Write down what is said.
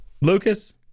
Lucas